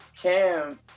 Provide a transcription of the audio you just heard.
Cam